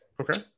Okay